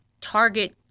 target